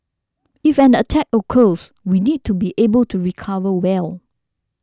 if an attack occurs we need to be able to recover well